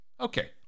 Okay